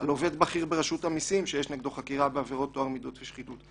על עובד בכיר ברשות המיסים שיש נגדו חקירה בעבירות טוהר מידות ושחיתות.